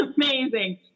amazing